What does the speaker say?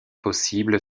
possible